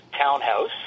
townhouse